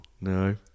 No